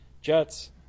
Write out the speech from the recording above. Jets